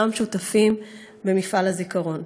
כולם שותפים במפעל הזיכרון.